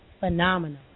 Phenomenal